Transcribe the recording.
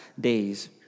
days